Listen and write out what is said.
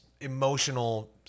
emotional